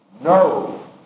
No